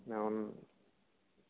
అవునండి